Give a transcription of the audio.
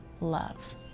love